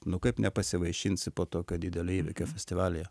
nu kaip nepasivaišinsi po tokio didelio įvykio festivalyje